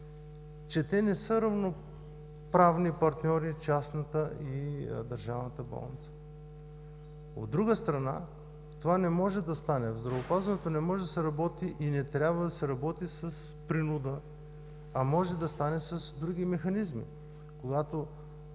че те не са равноправни партньори – частната и държавната болница. От друга страна, това не може да стане. В здравеопазването не може да се работи и не трябва да се работи с принуда, а може да стане с други механизми, когато